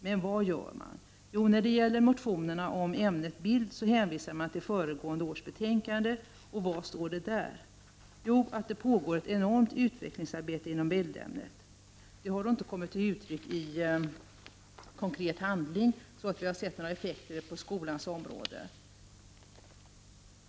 Men vad gör man? När det gäller motionerna om ämnet bild hänvisar man till föregående års betänkande. Och vad står det då där? Jo, att det pågår ett enormt utvecklingsarbete inom bildämnet. Det har då inte kommit till uttryck i konkret handling, så att vi har sett några effekter på skolans område.